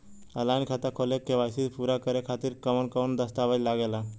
Online खाता खोले में के.वाइ.सी पूरा करे खातिर कवन कवन दस्तावेज लागे ला?